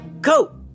go